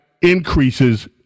increases